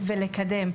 ולקדם.